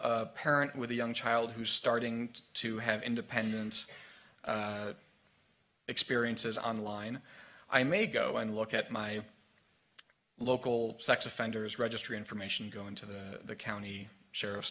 a parent with a young child who's starting to have independent experiences online i may go and look at my local sex offenders registry information go into the county sheriff's